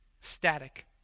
static